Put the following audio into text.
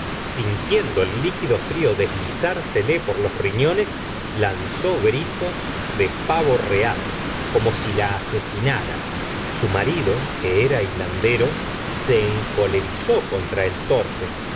sintiendo el líquido frio deslizársele por los riñones lanzó gritos de pavo real como si la asesinaran su marido que era hilandero se encolerizó contra el torpe